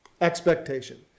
Expectation